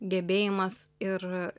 gebėjimas ir